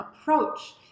approach